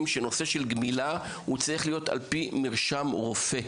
שנושא של גמילה צריך להיות על פי מרשם רופא.